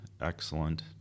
excellent